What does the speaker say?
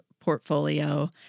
portfolio